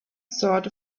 sort